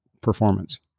performance